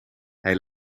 hij